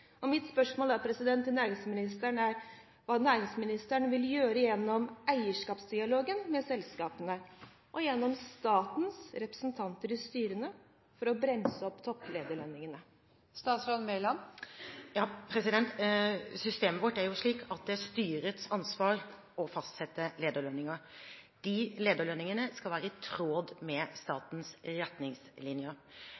Mitt spørsmål til næringsministeren er hva næringsministeren vil gjøre gjennom eierskapsdialogen med selskapene og gjennom statens representanter i styrene for å bremse opp topplederlønningene. Systemet vårt er slik at det er styrets ansvar å fastsette lederlønninger. De lederlønningene skal være i tråd med